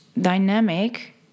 dynamic